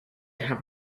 have